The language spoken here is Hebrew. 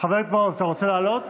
חבר הכנסת מעוז, אתה רוצה לעלות?